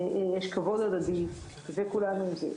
יש כבוד הדדי, וכולנו עם זה.